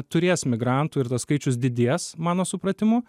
turės migrantų ir tas skaičius didės mano supratimu